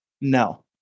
No